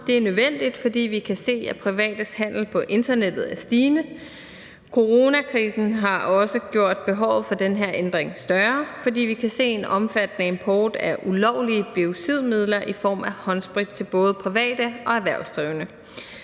Det er nødvendigt, fordi vi kan se, at privates handel på internettet er stigende. Coronakrisen har også gjort behovet for den her ændring større, fordi vi kan se en omfattende import af ulovlige biocidmidler i form af håndsprit til både private og erhvervsdrivende.